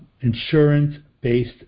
insurance-based